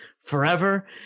forever